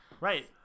right